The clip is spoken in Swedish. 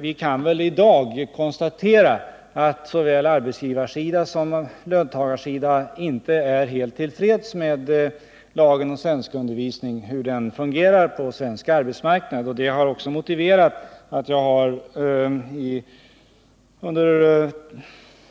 Vi kan i dag konstatera att varken arbetsgivarsidan eller löntagarsidan är till freds med lagen om svenskundervisning och hur den fungerar på svensk arbetsmarknad. Detta har motiverat att jag under